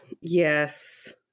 Yes